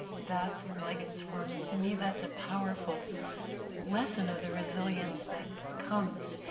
that's when lichens form. and to me, that's a powerful lesson of the resilience that comes,